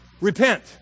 Repent